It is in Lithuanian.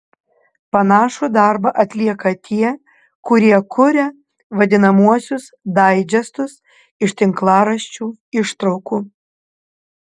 panašų darbą atlieka tie kurie kuria vadinamuosius daidžestus iš tinklaraščių ištraukų